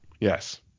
Yes